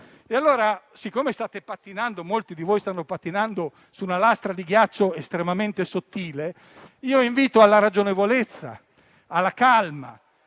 Allora, siccome molti di voi stanno pattinando su una lastra di ghiaccio estremamente sottile, invito alla ragionevolezza e alla calma.